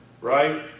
right